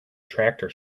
tractor